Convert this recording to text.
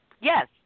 Yes